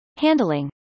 Handling